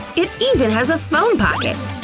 it even has a phone pocket!